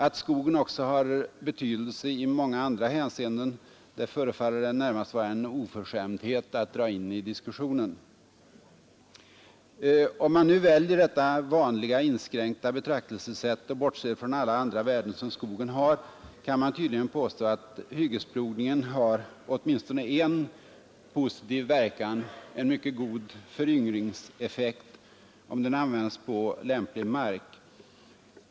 Att skogen också har betydelse i många andra hänseenden förefaller det närmast vara en oförskämdhet att dra in i diskussionen. Om man nu väljer detta vanliga inskränkta betraktelsesätt och bortser från alla andra värden som skogen har, kan man tydligen påstå att hyggesplogningen har åtminstone en positiv verkan — en mycket god föryngringseffekt — om den används på lämplig mark.